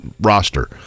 roster